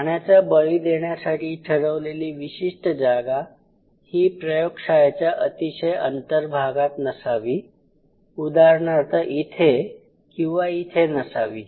प्राण्याचा बळी देण्यासाठी ठरवलेली विशिष्ट जागा ही प्रयोगशाळेच्या अतिशय अंतर्भागात नसावी उदाहरणार्थ इथे किंवा इथे नसावी